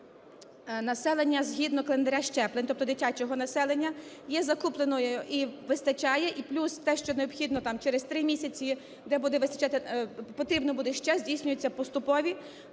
населення згідно календаря щеплень, тобто дитячого населення, є закупленою і вистачає, і плюс те, що необхідно там через 3 місяці, де буде вистачати… потрібно буде ще, здійснюється поступова